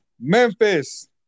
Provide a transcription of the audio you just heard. Memphis